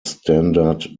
standard